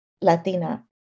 Latina